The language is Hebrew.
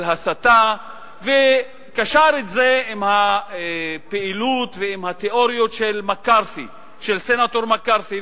הסתה והשווה את זה לדפוס הפעילות ולשיטות של סנטור מקארתי,